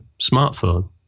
smartphone